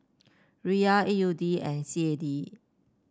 Riyal A U D and C A D